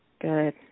good